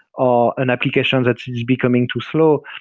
or an application that's becoming too slow,